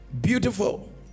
beautiful